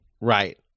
Right